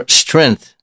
strength